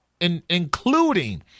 including –